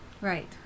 Right